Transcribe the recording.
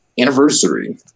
anniversary